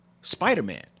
Spider-Man